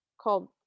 called